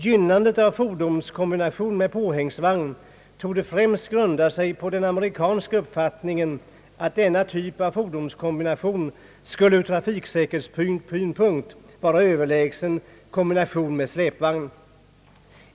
Gynnandet av fordonskombination med påhängsvagn torde främst grunda sig på den amerikanska uppfattningen, att denna typ av fordonskombination skulle ur trafiksäkerhetssynpunkt vara överlägsen kombination med släpvagn.